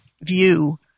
view